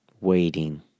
waiting